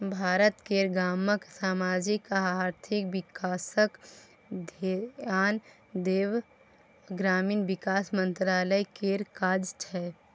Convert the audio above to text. भारत केर गामक समाजिक आ आर्थिक बिकासक धेआन देब ग्रामीण बिकास मंत्रालय केर काज छै